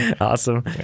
Awesome